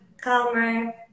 calmer